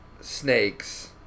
snakes